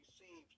received